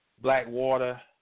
Blackwater